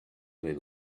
really